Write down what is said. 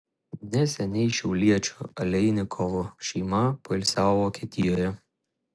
neseniai šiauliečių aleinikovų šeima poilsiavo vokietijoje